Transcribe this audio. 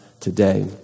today